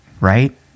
right